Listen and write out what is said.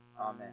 Amen